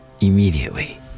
immediately